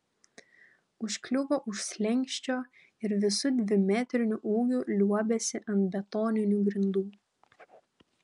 užkliuvo už slenksčio ir visu dvimetriniu ūgiu liuobėsi ant betoninių grindų